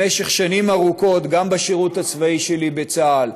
במשך שנים ארוכות, גם בשירות הצבאי שלי בצה"ל,